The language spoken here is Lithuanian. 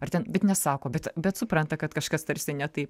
ar ten bet nesako bet bet supranta kad kažkas tarsi ne taip